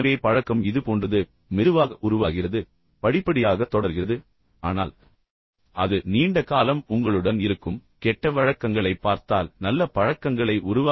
எனவே பழக்கம் இது போன்றது மெதுவாக உருவாகிறது படிப்படியாக தொடர்கிறது ஆனால் அது நீண்ட நேரம் உங்களுடன் இருக்கும் கெட்ட வழக்கங்களை பார்த்தால் இப்போது நல்ல பழக்கவழக்கங்களைப் பற்றி என்ன